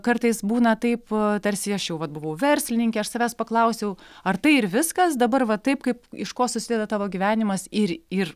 kartais būna taip tarsi aš jau vat buvau verslininkė aš savęs paklausiau ar tai ir viskas dabar va taip kaip iš ko susideda tavo gyvenimas ir ir